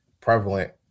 prevalent